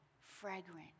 fragrant